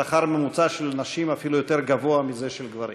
השכר הממוצע של נשים אפילו יותר גבוה מזה של גברים.